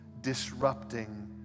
disrupting